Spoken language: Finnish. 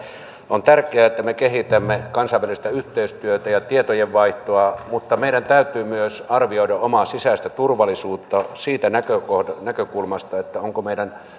on tärkeää että me kehitämme kansainvälistä yhteistyötä ja tietojenvaihtoa mutta meidän täytyy myös arvioida omaa sisäistä turvallisuutta siitä näkökulmasta näkökulmasta onko meidän